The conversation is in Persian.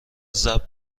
ضرب